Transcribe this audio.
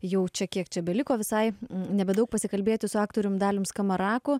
jau čia kiek čia beliko visai nebedaug pasikalbėti su aktoriumi daliumi skamaraku